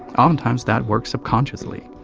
often times, that works subconsciously.